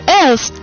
else